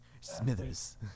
Smithers